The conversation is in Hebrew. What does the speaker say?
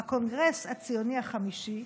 בקונגרס הציוני החמישי,